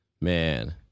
Man